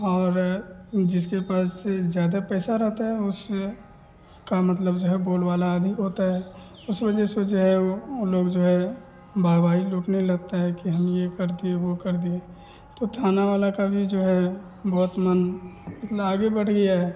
और जिसके पास ज़्यादा पैसा रहता है उस का मतलब जो है बोल वाला अधिक होता है उस वजह से जो है वे वो लोग जो है वाहवाही लूटने लगता है कि हम यह कर दिए वह कर दिए तो थाना वाले का भी जो है बहुत मन इसलिए आगे बढ़ गया है